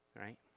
right